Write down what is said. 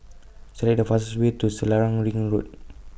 Select The fastest Way to Selarang Ring Road